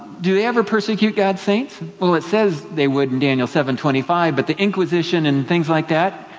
do they ever persecute god's saints? well it says they would in daniel seven twenty five, but the inquisition and things like that,